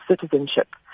citizenship